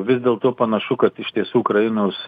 vis dėlto panašu kad iš tiesų ukrainos